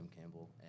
Campbell